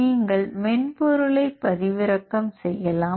நீங்கள் மென்பொருளை பதிவிறக்கம் செய்யலாம்